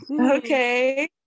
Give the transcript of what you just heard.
Okay